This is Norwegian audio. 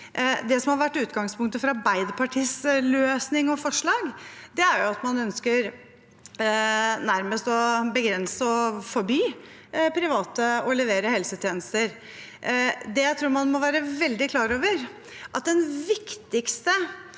Det som har vært utgangspunktet for Arbeiderpartiets løsning og forslag, er at man ønsker nærmest å begrense og forby private å levere helsetjenester. Det jeg tror man må være veldig klar over,